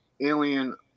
alien